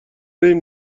این